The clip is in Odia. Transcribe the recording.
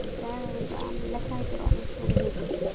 ଇ'ଟା ଦାମ୍ ଲେଖା ହେଇଥିବା ର ମୁଇଁ ଦେଖିକି କହୁଛେଁ